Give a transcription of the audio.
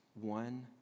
one